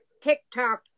TikTok